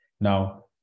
Now